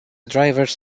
drivers